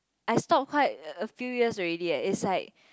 I stopped quite a few years already eh it's like